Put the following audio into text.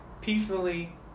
peacefully